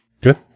Good